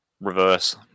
reverse